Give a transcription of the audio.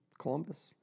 Columbus